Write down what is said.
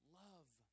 love